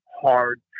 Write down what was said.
hard